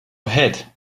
ahead